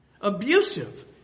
abusive